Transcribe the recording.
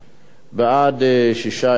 בעד, 6, אין מתנגדים.